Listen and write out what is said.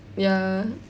ya